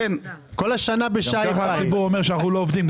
אחר כך הציבור אומר שאנחנו לא עובדים.